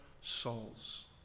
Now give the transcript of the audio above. souls